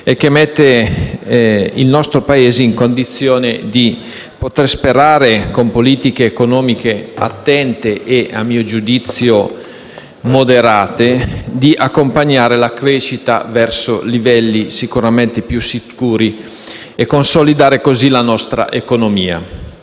Ciò mette il nostro Paese in condizione di poter sperare, con politiche economiche attente e, a mio giudizio, moderate, di accompagnare la crescita verso livelli più sicuri e consolidare così la nostra economia.